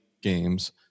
games